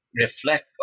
reflect